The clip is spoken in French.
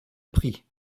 pris